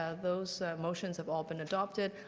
ah those motions have all been adopted.